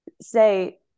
say